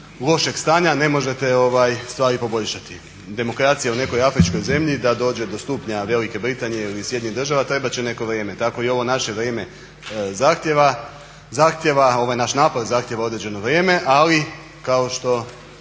lošeg stanja ne možete stvari poboljšati. Demokracija je u nekoj afričkoj zemlji da dođe do stupnja Velike Britanije ili Sjedinjenih Država trebat će neko vrijem, tako i ovo naše vrijeme zahtjeva, ovaj naš napor zahtijeva određeno vrijeme. Ali kao što